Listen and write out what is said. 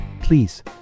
please